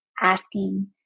asking